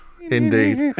indeed